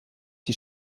die